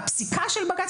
והפסיקה של בג"צ,